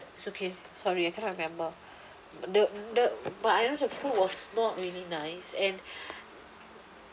it's okay sorry I cannot remember but the the but I know the food was not really nice and